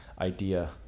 idea